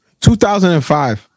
2005